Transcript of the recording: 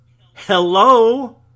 Hello